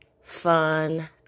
fun